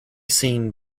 seen